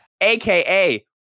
aka